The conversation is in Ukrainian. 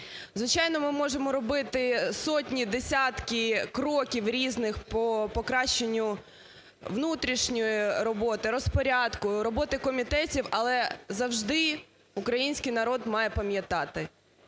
Звичайно, ми можемо робити сотні, десятки кроків різних по покращенню внутрішньої роботи, розпорядку, роботи комітетів, але завжди український народ має пам'ятати: